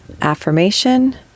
Affirmation